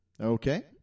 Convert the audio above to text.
Okay